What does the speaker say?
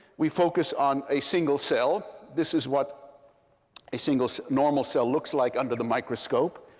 we focus on a single cell. this is what a single normal cell looks like under the microscope.